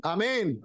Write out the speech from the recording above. Amen